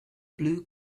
blue